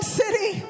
city